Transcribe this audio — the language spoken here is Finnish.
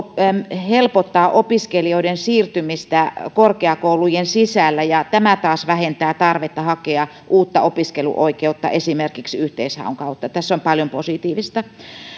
helpottaa opiskelijoiden siirtymistä korkeakoulujen sisällä tämä taas vähentää tarvetta hakea uutta opiskeluoikeutta esimerkiksi yhteishaun kautta tässä on paljon positiivista